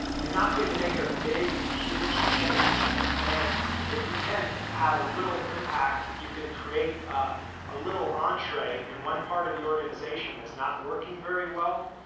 you're not going to make a big huge change and but you can have a little impact, you can create a little entree in one part of the organization that's not working very well.